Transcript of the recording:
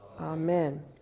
Amen